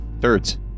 Thirds